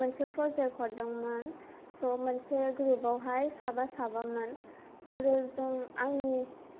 मोनसे प्रजेक्ट हरदोंमोन स' मोनसे ग्रुपावहाय साबा साबामोन आरो जों आंनि